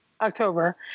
October